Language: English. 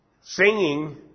singing